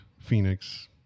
Phoenix